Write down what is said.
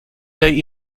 lay